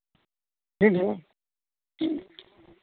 ᱟᱹᱰᱤ ᱰᱷᱮᱨ